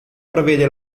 prevede